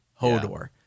Hodor